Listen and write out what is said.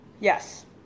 Yes